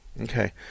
Okay